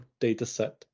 dataset